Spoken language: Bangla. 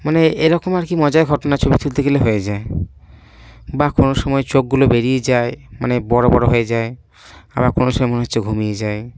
মানে এরকম আর কি মজার ঘটনা ছবি তুলতে গেলে হয়ে যায় বা কোনো সময় চোখগুলো বেরিয়ে যায় মানে বড় বড় হয়ে যায় আবার কোনো সময় মনে হচ্ছে ঘুমিয়ে যায়